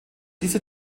diese